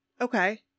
okay